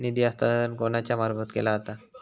निधी हस्तांतरण कोणाच्या मार्फत केला जाता?